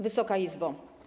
Wysoka Izbo!